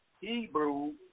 Hebrew